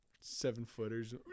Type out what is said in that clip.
seven-footers